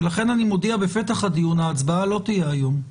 ולכן אני מודיע בפתח הדיון, הצבעה לא תהיה היום.